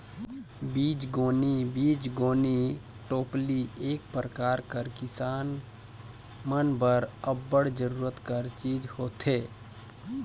बीजगोनी बीजगोनी टोपली एक परकार कर किसान मन बर अब्बड़ जरूरत कर चीज होथे